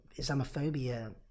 Islamophobia